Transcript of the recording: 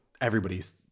everybody's